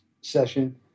session